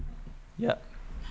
ya